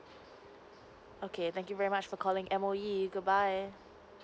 okay thank you very much for calling M_O_E goodbye